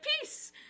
peace